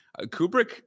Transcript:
Kubrick